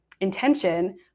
intention